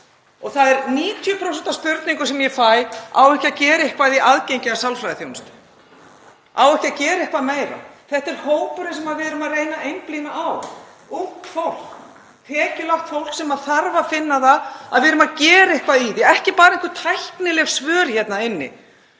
vikur og 90% af spurningum sem ég fæ eru: Á ekki að gera eitthvað í aðgengi að sálfræðiþjónustu? Á ekki að gera eitthvað meira? Þetta er hópurinn sem við erum að reyna að einblína á, ungt fólk, tekjulágt fólk. Það þarf að finna það að við séum að gera eitthvað í því, ekki bara einhver tæknileg svör hérna inni.